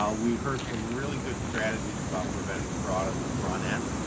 ah we heard some really good strategies about preventing fraud on the front end,